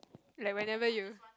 like whenever you